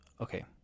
okay